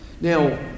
Now